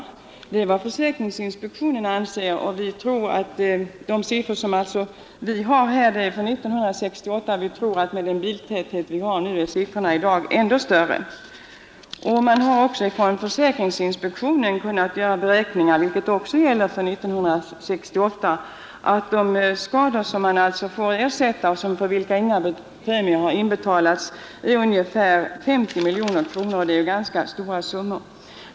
Detta är vad försäkringsinspektionen anser, och det gäller 1968, men med nuvarande biltäthet tror vi att antalet i dag är ännu större. Också försäkringsinspektionen har gjort beräkningar — vilka likaledes gäller 1968 — att de skador som man får ersätta därför att inga premier har inbetalats uppgår till ungefär 50 miljoner kronor. Det är ganska stora summor.